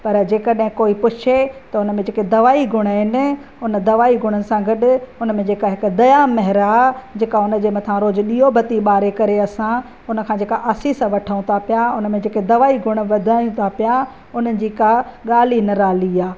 पर जंहिं कॾहिं कोई पुछे त हुन में जेके दवाई गुण आहिनि हुन दवाई गुण सां गॾु हुन में जेके हिकु दया महर आहे जेका हुनजे मथां रोज़ु ॾीओ बती ॿारे करे असां हुन खां जेका आशीष वठूं था पिया हुन में जेके दवाई गुण वधाइयूं था पिया हुनजी का ॻाल्हि ई निराली आहे